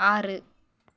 ஆறு